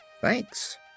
Thanks